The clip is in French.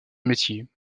métier